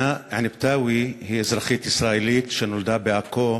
הנא ענבתאוי היא אזרחית ישראלית שנולדה בעכו,